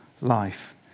life